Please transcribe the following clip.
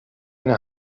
eine